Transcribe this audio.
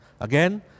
Again